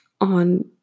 on